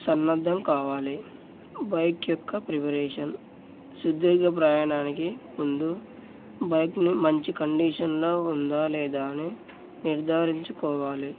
సన్నద్ధం కావాలి బైక్ యొక్క ప్రిపరేషన్ సుదీర్ఘ ప్రయాణానికి ముందు బైక్ని మంచి కండీషన్లో ఉందా లేదా అని నిర్ధారించుకోవాలి